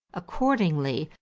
accordingly,